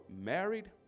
married